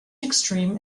extreme